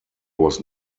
was